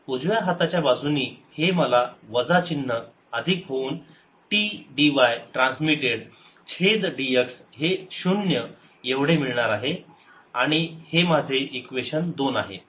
उजव्या हाताच्या बाजूनी हे मला वजा चिन्ह अधिक होऊन t dy ट्रान्समिटेड छेद dx हे शून्य एवढे मिळणार आहे हे माझे इक्वेशन दोन आहे